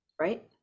right